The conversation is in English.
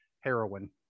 heroin